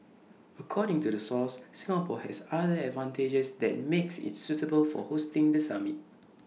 according to the source Singapore has other advantages that makes IT suitable for hosting the summit